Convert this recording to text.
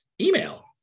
email